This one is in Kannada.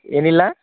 ಏನಿಲ್ಲ